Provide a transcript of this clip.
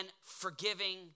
forgiving